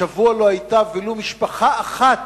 השבוע לא היתה ולו משפחה אחת